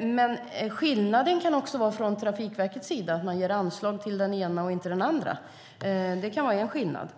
Men skillnaden kan också vara att man från Trafikverkets sida ger anslag till den ena och inte till den andra. Det kan vara en skillnad.